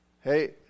Hey